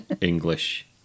English